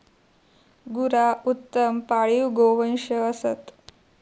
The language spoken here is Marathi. गुरा उत्तम पाळीव गोवंश असत